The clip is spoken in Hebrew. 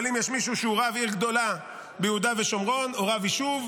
אבל אם יש מישהו שהוא רב עיר גדולה ביהודה ושומרון או רב יישוב,